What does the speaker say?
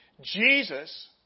Jesus